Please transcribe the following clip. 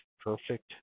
perfect